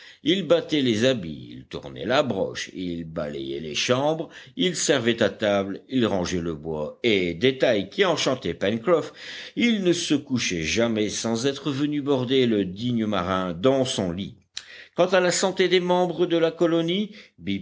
il battait les habits il tournait la broche il balayait les chambres il servait à table il rangeait le bois et détail qui enchantait pencroff il ne se couchait jamais sans être venu border le digne marin dans son lit quant à la santé des membres de la colonie